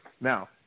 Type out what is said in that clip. Now